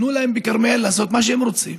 תנו להם בכרמיאל לעשות מה שהם רוצים.